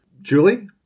Julie